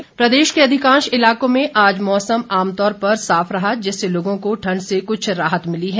मौसम प्रदेश के अधिकांश इलाकों में आज मौसम आमतौर पर साफ रहा जिससे लोगों को ठंड से कुछ राहत मिली है